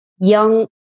young